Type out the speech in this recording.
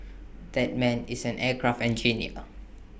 that man is an aircraft engineer